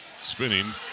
Spinning